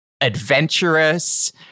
adventurous